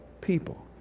people